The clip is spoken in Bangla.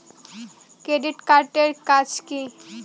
ক্রেডিট কার্ড এর কাজ কি?